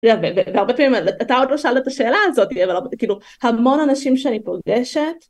והרבה פעמים... אתה עוד לא שאלת את השאלה הזאת, אבל כאילו... המון אנשים שאני פוגשת